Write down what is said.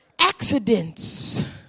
Accidents